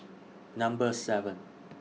Number seven